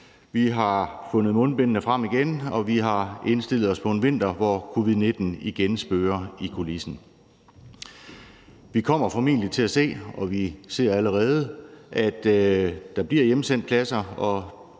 Vi har fundet mundbindene frem igen, og vi har indstillet os på en vinter, hvor covid-19 igen spøger i kulissen. Vi kommer formentlig til at se, og vi ser allerede, at der bliver hjemsendt klasser